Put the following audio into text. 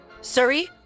Siri